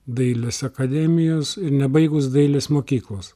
dailės akademijos ir nebaigus dailės mokyklos